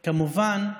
כמובן,